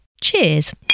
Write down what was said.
Cheers